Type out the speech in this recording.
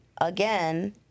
again